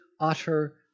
utter